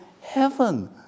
heaven